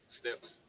steps